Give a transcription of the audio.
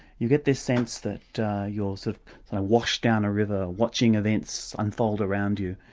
you get this sense that you're sort of washed down a river watching events unfold around you,